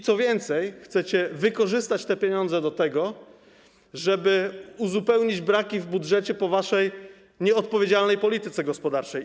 Co więcej, chcecie wykorzystać te pieniądze do tego, żeby uzupełnić braki w budżecie po waszej nieodpowiedzialnej polityce gospodarczej.